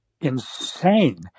insane